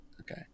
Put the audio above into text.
Okay